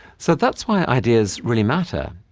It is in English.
so that's why ideas really matter.